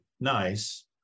nice